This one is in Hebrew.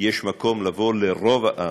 יש מקום לבוא לרוב העם,